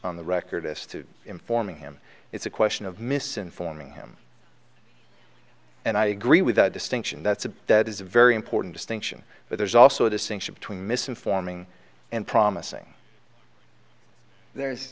on the record as to informing him it's a question of misinforming him and i agree with that distinction that's a that is a very important distinction but there's also a distinction between misinforming and promising there